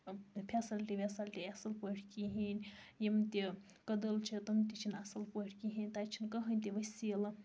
facility ویسَلٹی اصل پٲٹھۍ کِہیٖنۍ یِم تہِ کدل چھِ تِم تہِ چھنہٕ اصل پٲٹھۍ کِہیٖنۍ تَتہ چھنہٕ کٕہٕنۍ تہِ وصیٖلہٕ